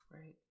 Right